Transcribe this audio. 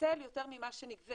היטל יותר ממה שנגבה